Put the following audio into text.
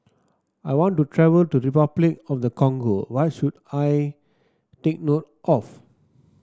I want to travel to Repuclic of the Congo what should I take note of